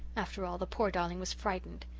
after all, the poor darling was frightened.